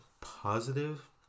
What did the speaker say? positive